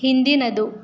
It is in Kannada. ಹಿಂದಿನದು